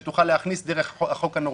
שתוכל להכניס דרך החוק הנורווגי.